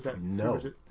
No